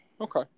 Okay